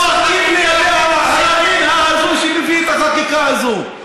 אתם פשוט משחקים לידי הימין ההזוי שמביא את החקיקה הזאת.